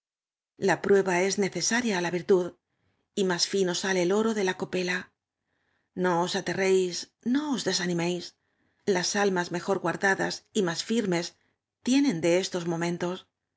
la prueba es necesaria á la virtud y más ñao sale el oro de la copela no os aterréis no os desaniméis las almas mejor guardadas y más firmes tienen de estos momentos